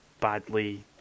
badly